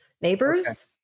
neighbors